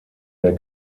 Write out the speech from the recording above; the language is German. der